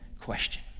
question